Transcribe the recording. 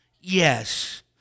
yes